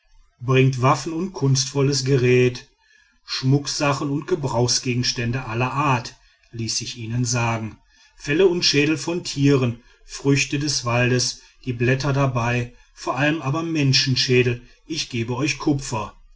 bringt waffen und kunstvolles gerät schmucksachen und gebrauchsgegenstände aller art ließ ich ihnen sagen felle und schädel von tieren früchte des waldes die blätter dabei vor allem aber menschenschädel ich gebe euch kupfer